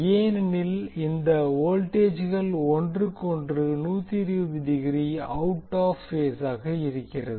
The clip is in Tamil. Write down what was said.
ஏனெனில் இந்த வோல்டேஜ்கள் ஒன்றுக்கொன்று 120 டிகிரி அவுட்ஆப் பேஸ் ஆக இருக்கிறது